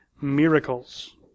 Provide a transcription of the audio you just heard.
miracles